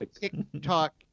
TikTok